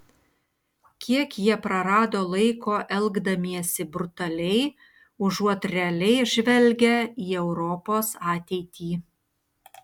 kiek jie prarado laiko elgdamiesi brutaliai užuot realiai žvelgę į europos ateitį